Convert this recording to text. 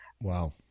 Wow